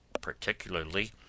particularly